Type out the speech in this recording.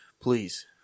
Please